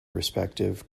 respective